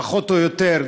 פחות או יותר,